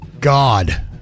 God